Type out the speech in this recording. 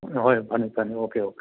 ꯍꯣꯏ ꯐꯅꯤ ꯐꯅꯤ ꯑꯣꯀꯦ ꯑꯣꯀꯦ